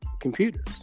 computers